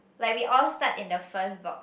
like we all start in the first box